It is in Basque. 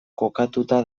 kokatuta